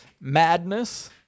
Madness